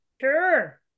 Sure